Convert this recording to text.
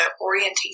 orientation